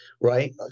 right